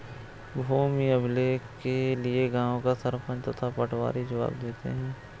भूमि अभिलेख के लिए गांव का सरपंच तथा पटवारी जवाब देते हैं